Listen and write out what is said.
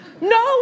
No